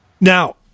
Now